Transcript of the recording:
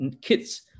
kids